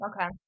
Okay